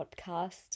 podcast